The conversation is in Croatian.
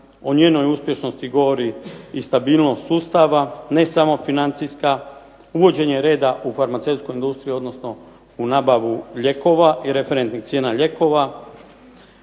O njenoj uspješnosti govori i stabilnost sustava, ne samo financijska. Uvođenja reda u farmaceutsku industriju odnosno u nabavu lijekova i referentnih cijena lijekova.